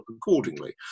accordingly